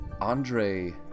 Andre